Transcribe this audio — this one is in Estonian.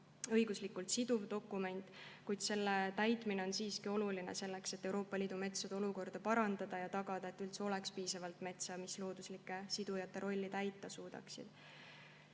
õiguslikult siduv dokument, kuid selle täitmine on siiski oluline selleks, et Euroopa Liidu metsade olukorda parandada ja tagada, et üldse oleks piisavalt metsa, mis loodusliku siduja rolli täita suudaks.